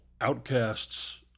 outcasts